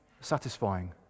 satisfying